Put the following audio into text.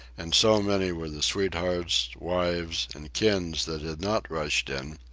and so many were the sweethearts, wives, and kin that had not rushed in,